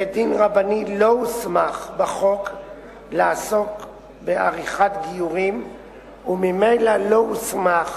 בית-דין רבני לא הוסמך בחוק לעסוק בעריכת גיורים וממילא לא הוסמך